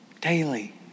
Daily